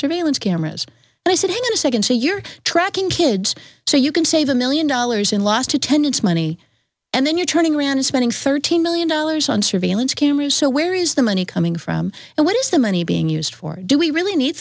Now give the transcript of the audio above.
surveillance cameras and i'm sitting in a second to your tracking kids so you can save a million dollars in lost attendance money and then you're turning around spending thirteen million dollars on surveillance cameras so where is the money coming from and what is the money being used for do we really need